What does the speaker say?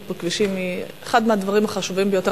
בכבישים היא אחד הדברים החשובים ביותר,